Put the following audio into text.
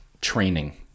training